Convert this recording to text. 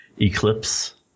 Eclipse